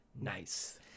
Nice